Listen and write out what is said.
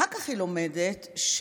אחר כך היא לומדת שהרשות